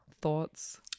thoughts